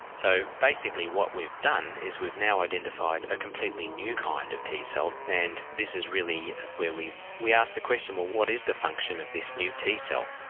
so basically what we've done is we've now identified a completely new kind of t-cell and this is really where we we ask the question, well what is the function of this new t-cell?